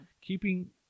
keeping